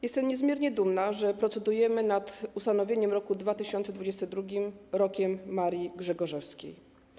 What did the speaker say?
Jestem niezmiernie dumna, że procedujemy nad ustanowieniem roku 2022 Rokiem Marii Grzegorzewskiej.